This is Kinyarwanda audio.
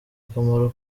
akamaro